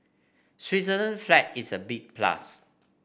Switzerland flag is a big plus